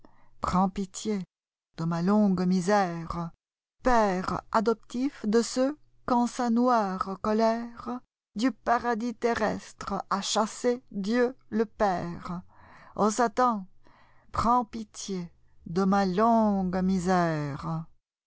prends pitié de ma longue misère père adoptif de ceux qu'en sa noire colèredu paradis terrestre a chassés dieu le père en satan prends pitié de ma longue misère